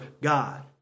God